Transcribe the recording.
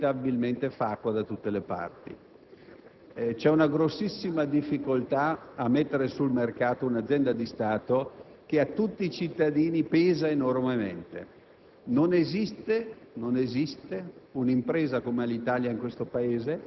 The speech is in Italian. gradi. Il sistema di trasporti fa inevitabilmente acqua da tutte le parti. Vi è una grossissima difficoltà a mettere sul mercato un'azienda di Stato che a tutti i cittadini pesa enormemente.